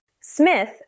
Smith